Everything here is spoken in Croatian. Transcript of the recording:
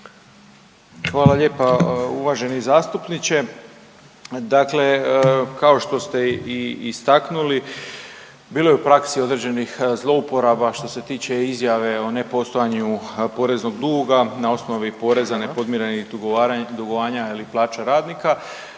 Hvala lijepa uvaženi zastupniče. Dakle kao što ste i istaknuli bilo je u praksi određenih zlouporaba što se tiče Izjave o nepostojanju poreznog duga na osnovi poreza nepodmirenih dugovanja ili plaća radnika.